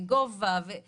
הגובה שלהם ועוד,